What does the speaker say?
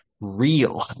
real